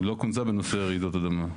לא כונסה בנושא רעידות אדמה.